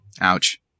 Ouch